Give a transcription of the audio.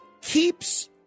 keeps